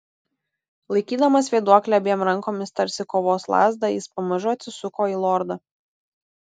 laikydamas vėduoklę abiem rankomis tarsi kovos lazdą jis pamažu atsisuko į lordą